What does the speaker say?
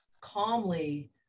calmly